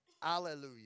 hallelujah